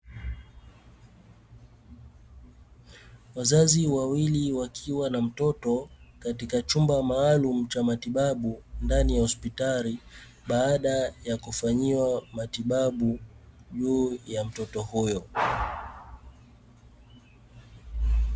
Wazazi wawili wakiwa na mtoto katika chumba maalumu cha matibabu ndani ya hospitali, baada ya kufanyiwa matibabu juu ya mtoto huyo.